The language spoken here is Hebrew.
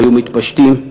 היו מתפשטים,